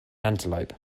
antelope